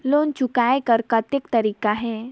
Loan चुकाय कर कतेक तरीका है?